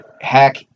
hack